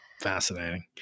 Fascinating